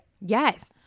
yes